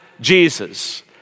Jesus